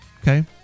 okay